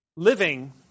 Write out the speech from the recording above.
living